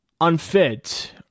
unfit